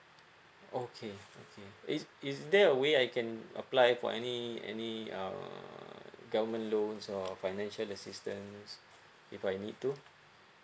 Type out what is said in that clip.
okay okay is is there a way I can apply for any any uh government loans or financial assistance if I need to